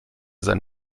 sein